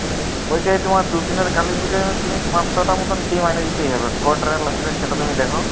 ওইটাই তোমার দুদিনের কালী পুজোয় তুমি পাঁচশোটা মতন ডিম এনে দিতেই হবে ক টাকা লাগবে সেটা তুমি দেখো